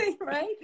Right